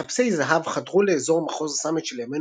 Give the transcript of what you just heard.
מחפשי זהב חדרו לאזור מחוז סאמט של ימינו